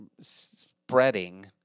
spreading